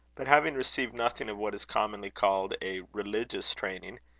but, having received nothing of what is commonly called a religious training,